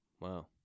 wow